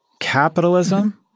Capitalism